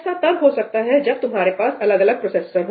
ऐसा तब हो सकता है जब तुम्हारे पास अलग प्रोसेसर्स हो